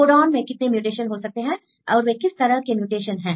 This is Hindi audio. कोड़ान में कितने म्यूटेशन हो सकते हैं और वे किस तरह के म्यूटेशन हैं